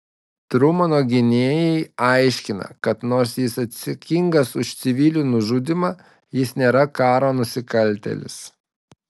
trumano gynėjai aiškina kad nors jis atsakingas už civilių nužudymą jis nėra karo nusikaltėlis